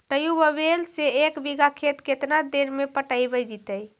Tubewell से एक बिघा खेत केतना देर में पटैबए जितै?